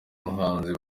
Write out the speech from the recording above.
umuhanzi